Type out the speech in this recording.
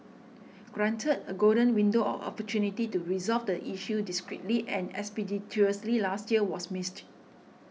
granted a golden window of opportunity to resolve the issue discreetly and expeditiously last year was missed